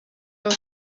your